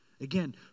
Again